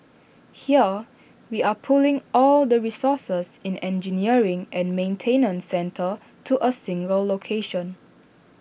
here we are pulling all the resources in engineering and maintenance centre to A single location